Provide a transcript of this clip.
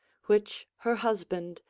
which her husband,